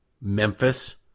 Memphis